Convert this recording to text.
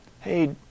hey